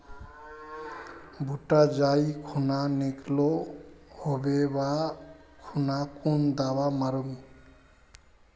भुट्टा जाई खुना निकलो होबे वा खुना कुन दावा मार्मु?